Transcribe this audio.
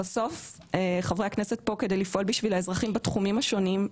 כי בסוף חברי הכנסת הם פה בשביל לפעול למען האזרחים בתחומים השונים,